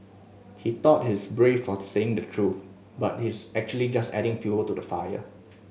he thought he's brave for saying the truth but he's actually just adding fuel to the fire